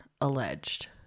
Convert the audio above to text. alleged